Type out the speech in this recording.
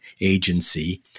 agency